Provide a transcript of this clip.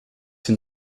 den